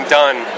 done